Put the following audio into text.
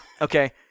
Okay